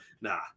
nah